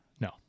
No